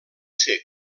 ser